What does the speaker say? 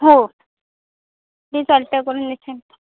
हो मीच अल्टर करून देशील